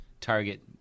target